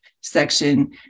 section